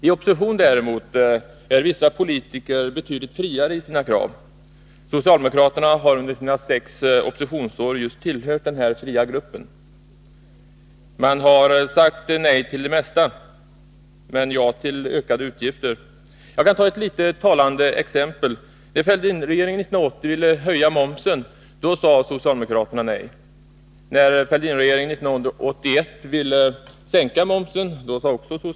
I opposition är emellertid vissa politiker betydligt friare i sina krav. Socialdemokraterna har under sina sex oppositionsår just tillhört denna ”fria grupp”. De har sagt nej till det mesta, men till ökade utgifter har de sagt ja. Låt mig ge ett litet, men talande exempel. När Fälldinregeringen 1980 ville höja momsen, då sade socialdemokraterna nej. När Fälldinregeringen 1981 ville sänka momsen, då sade de också nej.